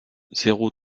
zéro